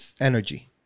energy